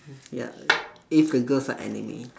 ya if the girl likes anime